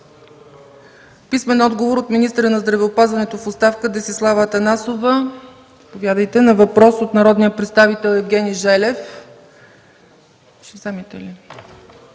Найденов; - министъра на здравеопазването в оставка Десислава Атанасова на въпрос от народния представител Евгений Желев;